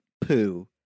poo